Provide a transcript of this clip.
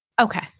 Okay